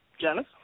Janice